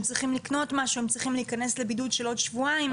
צריכים לקנות משהו הם צריכים להיכנס לבידוד של עוד שבועיים.